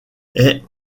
est